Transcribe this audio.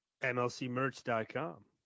MLCmerch.com